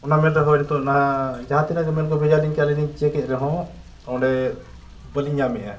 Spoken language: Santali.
ᱚᱱᱟ ᱢᱮᱞ ᱨᱮ ᱦᱳᱭ ᱱᱤᱛᱚᱜ ᱱᱟᱦᱟᱸᱜ ᱡᱟᱦᱟᱸ ᱛᱤᱱᱟᱹᱜ ᱜᱮ ᱢᱮᱞ ᱠᱚ ᱵᱷᱮᱡᱟ ᱟᱹᱞᱤᱧ ᱠᱟᱱᱟ ᱟᱹᱞᱤᱧ ᱞᱤᱧ ᱪᱮᱠ ᱮᱫ ᱨᱮᱦᱚᱸ ᱚᱸᱰᱮ ᱵᱟᱹᱞᱤᱧ ᱧᱟᱢᱮᱜᱼᱟ